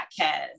podcast